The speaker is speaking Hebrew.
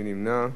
מי נמנע?